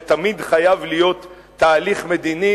שתמיד חייב להיות תהליך מדיני,